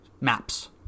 maps